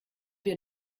wir